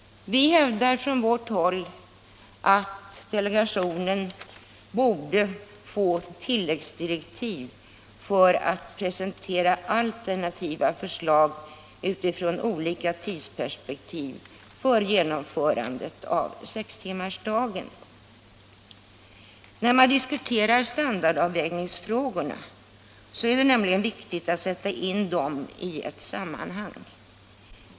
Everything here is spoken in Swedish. Vi hävdar att delegationen borde få tilläggsdirektiv om att presentera alternativa förslag utifrån olika tidsperspektiv för genomförande av sextimmarsdagen. När man diskuterar standardavvägningsfrågorna är det viktigt att sätta in dem i ett sammanhang.